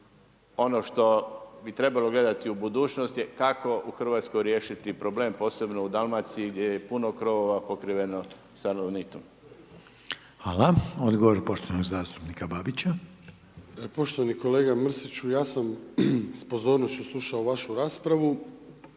Ono što bi trebalo gledati u budućnost je kako u Hrvatskoj riješiti problem, posebno u Dalmaciji gdje je puno krovova pokriveno salonitom. **Reiner, Željko (HDZ)** Hvala. Odgovor poštovanog zastupnika Babića. **Babić, Ante (HDZ)** Poštovani kolega Mrsiću ja sam s pozornošću slušao vašu raspravu